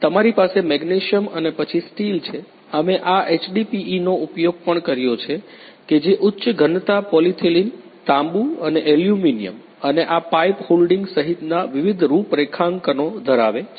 47 તમારી પાસે મેગ્નેશિયમ અને પછી સ્ટીલ છે અમે આ HDPE નો ઉપયોગ પણ કર્યો છે કે જે ઉચ્ચ ઘનતા પોલિથિલિન તાંબુ અને એલ્યુમિનિયમ અને આ પાઇપ હોલ્ડિંગ સહિતના વિવિધ રૂપરેખાંકનો ધરાવે છે